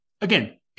Again